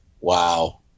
Wow